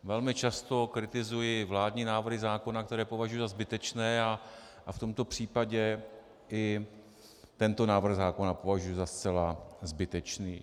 Velmi často kritizuji vládní návrhy zákona, které považuji za zbytečné, a v tomto případě i tento návrh zákona považuji za zcela zbytečný.